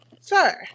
sir